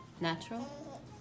Natural